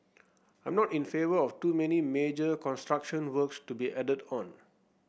I'm not in favour of too many major construction works to be added on